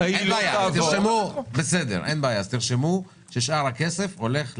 תרשמו ששאר הכסף הולך למטרו.